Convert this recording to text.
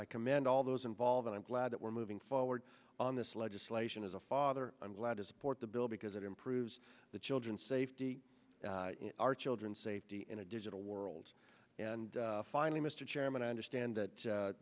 i commend all those involved i'm glad that we're moving forward on this legislation as a father i'm glad to support the bill because it improves the children's safety our children's safety in a digital world and finally mr chairman i understand that